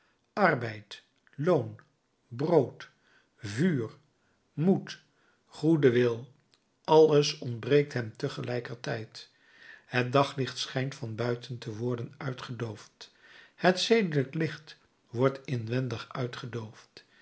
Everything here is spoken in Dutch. arbeid loon brood vuur moed goede wil alles ontbreekt hem tegelijkertijd het daglicht schijnt van buiten te worden uitgedoofd het zedelijk licht wordt inwendig uitgedoofd